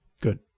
Good